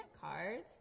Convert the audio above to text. cards